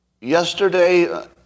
Yesterday